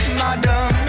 madam